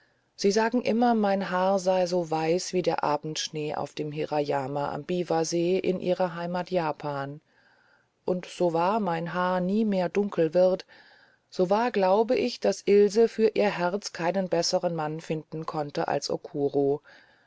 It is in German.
sie sagen immer mein haar sei so weiß wie der abendschnee auf dem hirayama am biwasee in ihrer heimat japan und so wahr mein haar nie mehr dunkel wird so wahr glaube ich daß ilse für ihr herz keinen besseren mann finden konnte als okuro